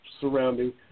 surrounding